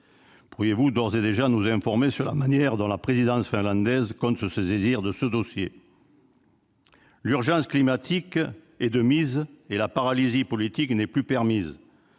Pourriez-vous d'ores et déjà nous informer sur la manière dont la présidence finlandaise compte se saisir de ce dossier ? L'urgence climatique est de mise, et la paralysie politique n'est plus permise.